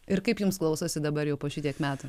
ir kaip jums klausosi dabar jau po šitiek metų